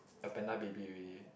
a panda baby already